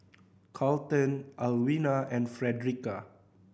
Carlton Alwina and Fredericka